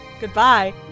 Goodbye